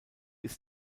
ist